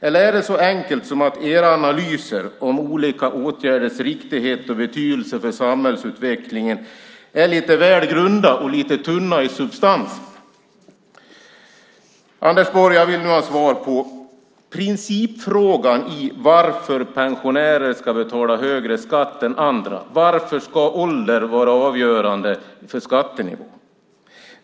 Eller är det så enkelt som att era analyser om olika åtgärders riktighet och betydelse för samhällsutvecklingen är lite väl grunda och lite tunna i substansen? Jag vill nu, Anders Borg, ha svar på principfrågan varför pensionärer ska betala högre skatt än andra. Varför ska ålder vara avgörande för skattenivån?